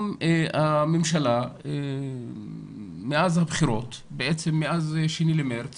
הממשלה מאז הבחירות, בעצם מאז 2 במרץ